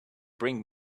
bring